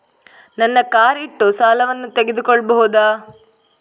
ನನ್ನ ಕಾರ್ ಇಟ್ಟು ಸಾಲವನ್ನು ತಗೋಳ್ಬಹುದಾ?